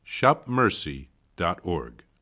shopmercy.org